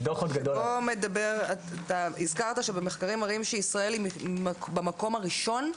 בו אתה הזכרת שמחקרים מראים שישראל היא במקום הראשון?